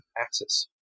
axis